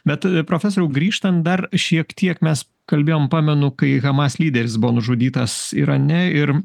bet profesoriau grįžtant dar šiek tiek mes kalbėjome pamenu kai hamas lyderis buvo nužudytas irane ir